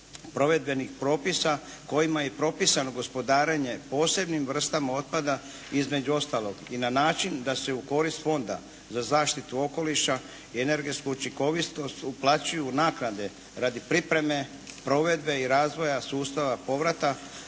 provedbenih propisa kojima je propisano gospodarenje posebnim vrstama otpada između ostalog i na način da se u korist Fonda za zaštitu okoliša i energetsku učinkovitost uplaćuju naknade radi pripreme, provedbe i razvoja sustava povrata,